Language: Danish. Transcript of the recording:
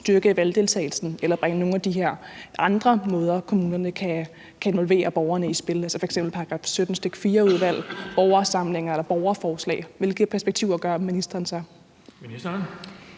styrke valgdeltagelsen eller bringe nogle af de her andre måder, kommunerne kan involvere borgerne på, i spil, altså f.eks. § 17, stk. 4-udvalg, borgersamlinger eller borgerforslag. Hvilke perspektiver ser ministeren?